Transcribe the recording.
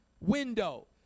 window